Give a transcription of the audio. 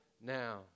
now